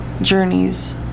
journeys